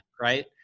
right